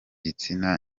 gitsina